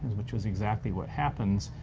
which is exactly what happens,